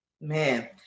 Man